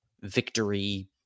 victory